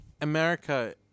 America